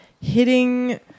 hitting